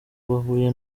bahuye